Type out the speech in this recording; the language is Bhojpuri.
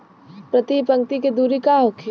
प्रति पंक्ति के दूरी का होखे?